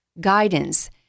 guidance